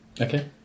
Okay